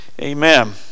Amen